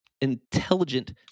intelligent